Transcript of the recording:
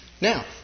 Now